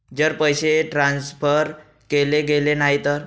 जर पैसे ट्रान्सफर केले गेले नाही तर?